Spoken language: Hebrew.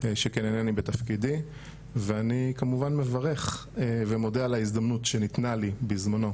שכן אינני בתפקידי ואני כמובן מברך ומודה על ההזדמנות שניתנה לי בזמנו,